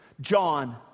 John